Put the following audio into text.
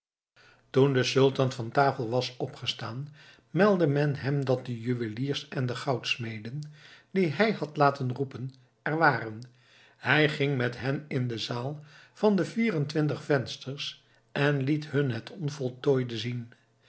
toen de sultan van tafel was opgestaan meldde men hem dat de juweliers en goudsmeden die hij had laten roepen er waren hij ging met hen in de zaal van de vier en twintig vensters en liet hun het onvoltooide zien